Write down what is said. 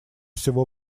всего